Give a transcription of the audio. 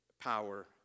power